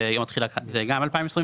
יום התחילה הוא גם ב-2024.